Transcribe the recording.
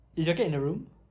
is your cat in the room